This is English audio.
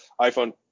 iPhone